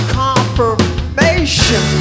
confirmation